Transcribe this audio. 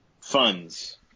funds